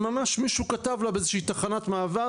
ממשרד החוץ,